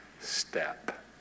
step